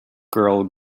girl